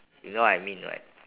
you know what I mean right